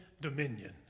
dominion